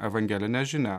evangelinę žinią